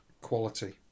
Quality